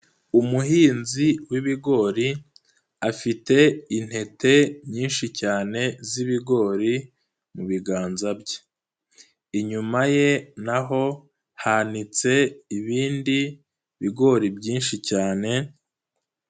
Umuhinzi w'ibigori afite intete nyinshi cyane z'ibigori mu biganza bye. Inyuma ye naho hanitse ibindi bigori byinshi cyane.